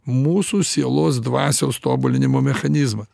mūsų sielos dvasios tobulinimo mechanizmas